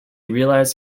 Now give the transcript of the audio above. realised